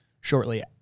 shortly –